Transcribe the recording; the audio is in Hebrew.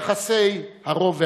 יחסי הרוב והמיעוט,